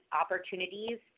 opportunities